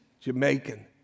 Jamaican